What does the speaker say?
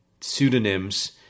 pseudonyms